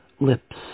lips